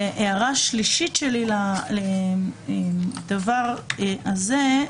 הערה שלישית לדבר הזה,